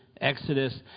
Exodus